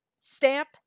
Stamp